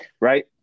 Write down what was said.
Right